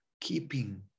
keeping